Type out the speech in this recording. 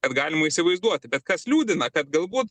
kad galima įsivaizduoti bet kas liūdina kad galbūt